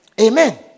Amen